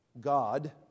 God